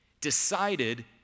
decided